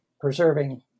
preserving